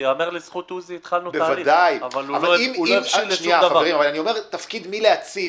יושב פה גזבר ותיק ואומר לי מה שאני לא ידעתי,